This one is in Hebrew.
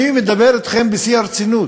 אני מדבר אתכם בשיא הרצינות.